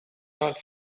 not